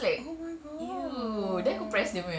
oh my god